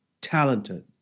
talented